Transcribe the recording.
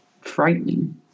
frightening